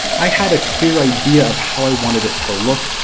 i had a clear idea of how i wanted it to look,